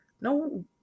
No